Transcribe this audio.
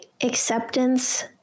acceptance